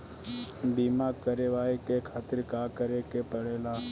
बीमा करेवाए के खातिर का करे के पड़ेला?